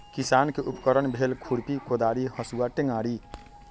किसान के उपकरण भेल खुरपि कोदारी हसुआ टेंग़ारि